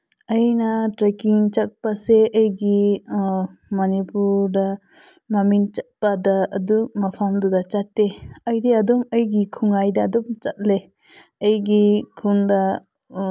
ꯑꯩꯅ ꯇ꯭ꯔꯦꯛꯀꯤꯡ ꯆꯠꯄꯁꯦ ꯑꯩꯒꯤ ꯃꯅꯤꯄꯨꯔꯗ ꯃꯃꯤꯡ ꯆꯠꯄꯗ ꯑꯗꯨ ꯃꯐꯝꯗꯨꯗ ꯆꯠꯇꯦ ꯑꯩꯗꯤ ꯑꯗꯨꯝ ꯑꯩꯒꯤ ꯈꯨꯟꯉꯥꯏꯗ ꯑꯗꯨꯝ ꯆꯠꯂꯦ ꯑꯩꯒꯤ ꯈꯨꯟꯗ